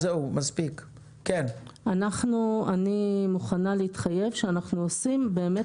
אני מוכנה להתחייב שאנחנו עושים באמת